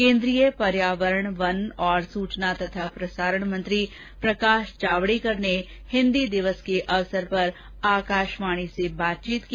केंद्रीय पर्यावरण वन तथा सूचना और प्रसारण मंत्री प्रकाश जावडेकर ने हिन्दी दिवस के अवसर पर आकाशवाणी से बातचीत की